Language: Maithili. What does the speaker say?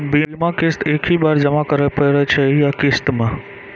बीमा किस्त एक ही बार जमा करें पड़ै छै या किस्त मे?